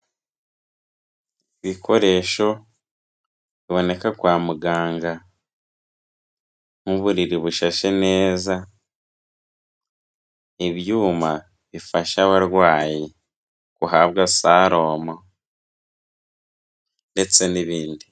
Ibikoresho biboneka kwa muganga nk'uburiri bushashe neza, ibyuma bifasha abarwayi guhabwa saromo ndetse n'ibindi.